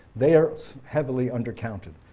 they are heavily undercounted.